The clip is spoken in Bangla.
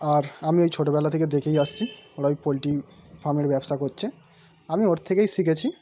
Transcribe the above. আর আমি ওই ছোটোবেলা থেকে দেখেই আসছি ওরা ওই পোলট্রি ফার্মের ব্যবসা করছে আমি ওর থেকেই শিখেছি